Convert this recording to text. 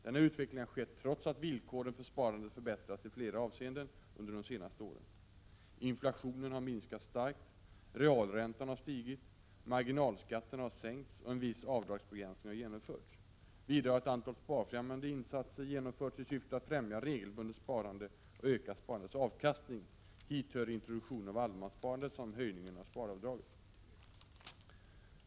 Denna utveckling har skett trots att villkoren för sparandet förbättrats i flera avseenden under de senaste åren. Inflationen har minskat starkt, realräntan har stigit, marginalskatterna har sänkts och en viss avdragsbegränsning har genomförts. Vidare har ett antal sparfrämjande insatser genomförts i syfte att främja regelbundet sparande och öka sparandets avkastning. Hit hör introduktionen av allemanssparandet samt höjningen av sparavdraget.